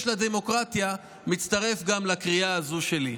לדמוקרטיה מצטרף גם לקריאה הזו שלי.